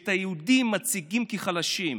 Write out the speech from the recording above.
שמציגים את היהודים כחלשים,